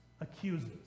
Accuses